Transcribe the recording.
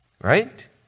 Right